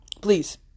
Please